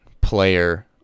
player